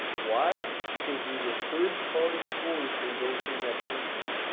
why? because there's a third party source endorsing that person.